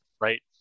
right